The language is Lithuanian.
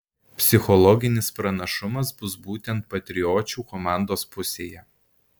psichologinis pranašumas bus būtent patriočių komandos pusėje